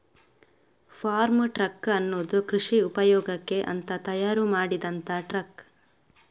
form truck ಅನ್ನುದು ಕೃಷಿ ಉಪಯೋಗಕ್ಕೆ ಅಂತ ತಯಾರು ಮಾಡಿದಂತ ಟ್ರಕ್